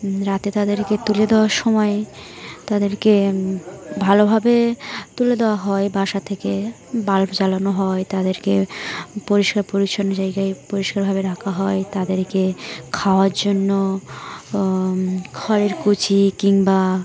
রাতে তাদেরকে তুলে দেওয়ার সময় তাদেরকে ভালোভাবে তুলে দেওয়া হয় বাসা থেকে বাল্ব জ্বালানো হয় তাদেরকে পরিষ্কার পরিচ্ছন্ন জায়গায় পরিষ্কারভাবে রাখা হয় তাদেরকে খাওয়ার জন্য খড়ের কুচি কিংবা